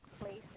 places